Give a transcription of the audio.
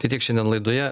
tai tiek šiandien laidoje